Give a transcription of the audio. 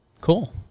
Cool